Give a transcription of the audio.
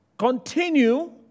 continue